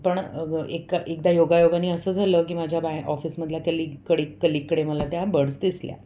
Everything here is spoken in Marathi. पण एका एकदा योगायोगाने असं झालं की माझ्या बाया ऑफिसमधल्या कलीग कळीग कलीगकडे मला त्या बर्ड्स दिसल्या